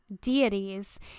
deities